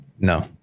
no